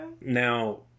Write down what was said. now